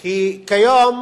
כי כיום